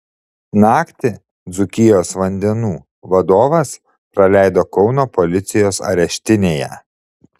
naktį dzūkijos vandenų vadovas praleido kauno policijos areštinėje